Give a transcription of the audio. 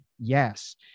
Yes